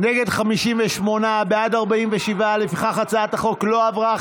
נגד, 58, בעד, 47. לפיכך הצעת החוק לא עברה.